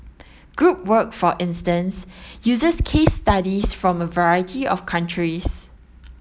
group work for instance uses case studies from a variety of countries